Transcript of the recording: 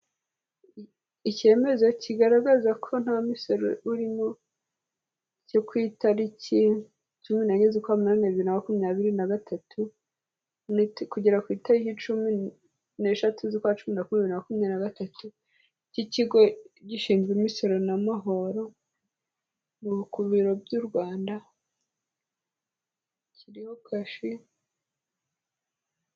Icyemezo kigaragaza ko nta misoro urimo, cyo ku itariki cumi n'enye z'ukwa munani bibiri na makumyabiri na gatatu, kugera ku itariki cumi n'eshatu z'ukwa cumi na kumwe bibiri na makumyabiri na gatatu cy'ikigo gishinzwe imisoro na mahoro, ni ku biro by'u Rwanda, kiriho kashi...